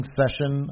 session